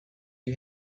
you